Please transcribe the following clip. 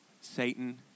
Satan